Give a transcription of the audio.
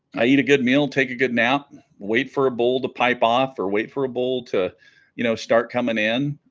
i eat a good meal take a good nap wait for a bull to pipe off or wait for a bowl to you know start coming in